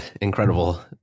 incredible